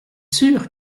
sûr